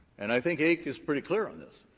and i think ake is pretty clear on this,